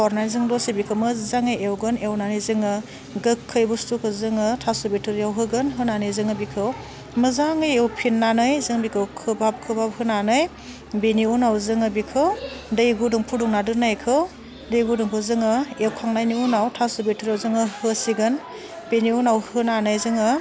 हरनायजों दसे बेखौ मोजाङै एवगोन एवनानै जोङो गोखै बुस्थुखौ जोङो थास' बिथ'रियाव होगोन होनानै जोङो बेखौ मोजाङै एवफिननानै जों बेखौ खोबहाब खोबहाब होनानै बेनि उनाव जोङो बेखौ दै गुदुं फुदुंना दोननायखौ दै गुदुंखौ जोङो एवखांनायनि उनाव थास' बिथ'रियाव जोङो होसिगोन बेनि उनाव होनानै जोङो